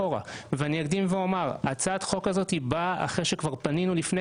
ואני אקדים ואומר שהצעת החוק הזאת באה אחרי שכבר פנינו לפני